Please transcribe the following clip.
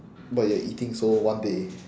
but you're eating so one day